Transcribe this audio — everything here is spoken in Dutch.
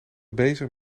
bezig